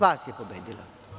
Vas je pobedila.